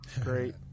Great